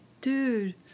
dude